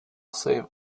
save